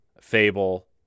Fable